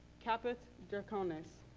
caput draconis.